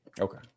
Okay